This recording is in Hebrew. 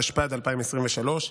התשפ"ד 2023,